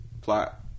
plot